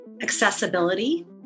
accessibility